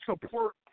support